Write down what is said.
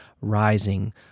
rising